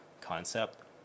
concept